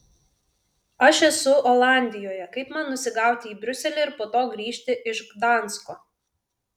aš esu olandijoje kaip man nusigauti į briuselį ir po to grįžti iš gdansko